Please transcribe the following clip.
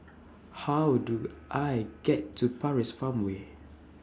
How Do I get to Paris Farmway